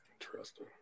Interesting